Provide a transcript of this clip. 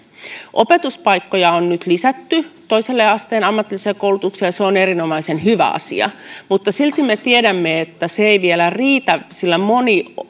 opetuspaikkoja on nyt lisätty toisen asteen ammatilliseen koulutukseen ja se on erinomaisen hyvä asia mutta silti me tiedämme että se ei vielä riitä sillä moni